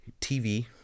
TV